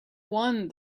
one